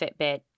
Fitbit